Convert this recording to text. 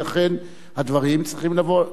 ואכן, הדברים צריכים לבוא.